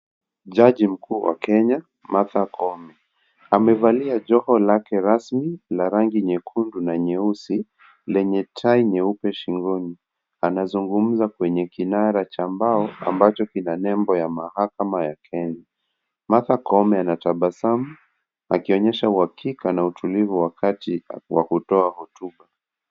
Jaji mkuu wa Kenya, Martha Koome, amevalia joho lake rasmi la rangi nyekundu na nyeusi, lenye tai nyeupe shingoni, anazungumza kwenye kinara cha mbao, ambacho kina nembo ya mahalama ya Kenya, Martha Koome anatabasamu akionyesha uhakika na utulivu wakati wa kutoa hotuba.